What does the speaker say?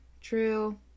true